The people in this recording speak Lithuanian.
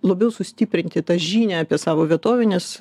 labiau sustiprinti tą žinią apie savo vietovę nes